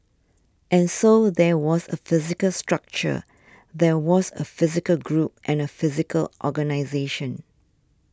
and so there was a physical structure there was a physical group and a physical organisation